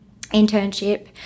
internship